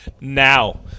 Now